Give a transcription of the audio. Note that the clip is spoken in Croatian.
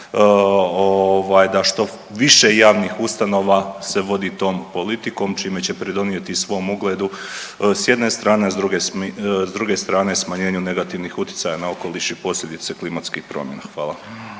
da što više javnih ustanova se vodi tom politikom čime će pridonijeti i svom ugledu s jedne strane, a s druge strane smanjenju negativnih utjecaja na okoliš i posljedice klimatskih promjena. Hvala.